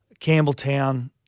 Campbelltown